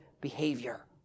behavior